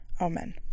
Amen